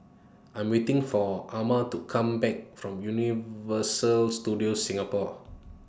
I Am waiting For Ama to Come Back from Universal Studios Singapore